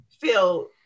feel